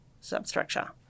substructure